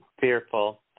fearful